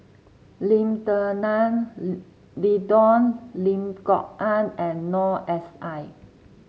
Lim Denan Denon Lim Kok Ann and Noor S I